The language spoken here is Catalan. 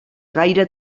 gaire